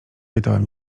pytałem